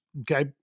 Okay